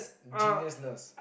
geniusness